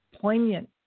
poignant